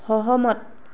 সহমত